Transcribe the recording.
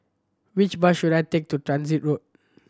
which bus should I take to Transit Road